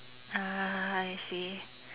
ah I see